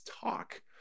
talk